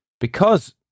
Because